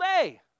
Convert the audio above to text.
day